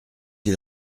ils